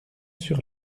sur